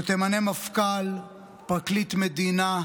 שתמנה מפכ"ל, פרקליט מדינה,